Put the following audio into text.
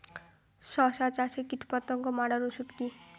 শসা চাষে কীটপতঙ্গ মারার ওষুধ কি?